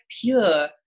pure